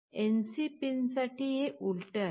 NC pin साठी हे उलट आहे